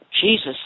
Jesus